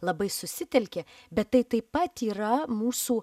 labai susitelkė bet tai taip pat yra mūsų